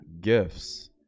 gifts